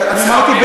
אני אמרתי,